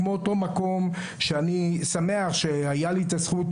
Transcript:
כמו אותו מקום שאני שמח שהייתה לי הזכות,